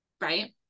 Right